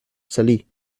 salí